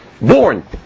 born